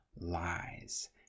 lies